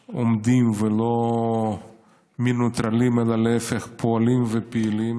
עומדים, ולא מנוטרלים, אלא להפך, פועלים ופעילים.